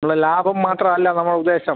ഉള്ള ലാഭം മാത്രല്ല നമ്മളുടെ ഉദ്ദേശം